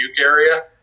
area